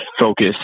focus